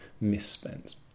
misspent